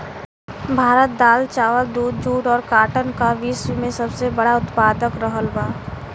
भारत दाल चावल दूध जूट और काटन का विश्व में सबसे बड़ा उतपादक रहल बा